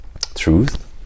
truth